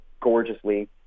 gorgeously